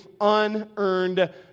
unearned